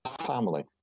family